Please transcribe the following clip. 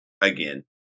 again